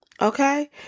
okay